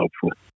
helpful